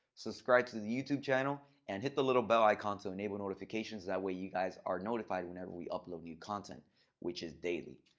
subscribe to the the youtube channel and hit the little bell icon to enable notifications, that way, you guys are notified whenever we upload new content which is daily.